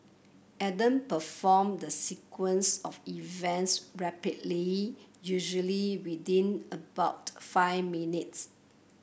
Adam performed the sequence of events rapidly usually within about five minutes